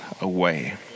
away